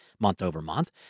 month-over-month